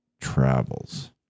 travels